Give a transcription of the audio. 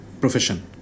profession